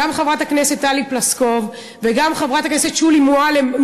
גם חברת הכנסת טלי פלוסקוב וגם חברת הכנסת שולי מועלם,